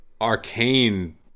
arcane